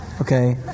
Okay